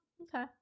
okay